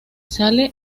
sale